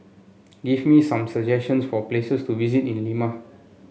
give me some suggestions for places to visit in Lima